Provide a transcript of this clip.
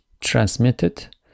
transmitted